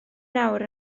nawr